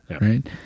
Right